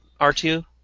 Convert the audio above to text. R2